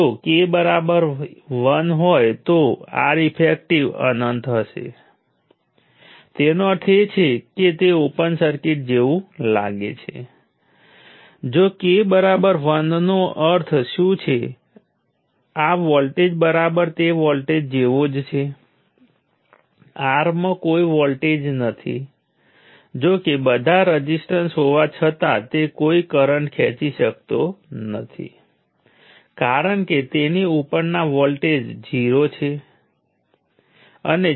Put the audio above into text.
અને reference terminal તરીકે એક ટર્મિનલ પસંદ કરવાનું સૌથી અનુકૂળ છે અને પછી તમારી પાસે તે ટર્મિનલ અને N 1 ઈન્ડિપેન્ડેન્ટ કરંટોના રેફરન્સમાં વ્યાખ્યાયિત N 1 ઈન્ડિપેન્ડેન્ટ વોલ્ટેજ હશે અને તે ઉત્પાદનોનો સરવાળો એ એલિમેન્ટને પહોંચાડવામાં આવતો પાવર છે